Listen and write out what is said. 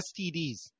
STDs